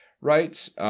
rights